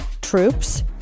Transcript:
troops